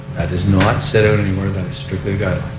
that does not say anywhere that strictly got